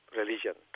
religion